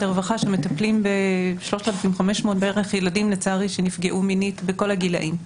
הרווחה שמטפלים ב-3,500 ילדים בערך בכל הגילאים שלצערי נפגעו.